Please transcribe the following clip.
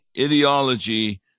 ideology